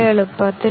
എന്തുകൊണ്ടാണത്